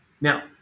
Now